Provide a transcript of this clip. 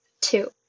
Two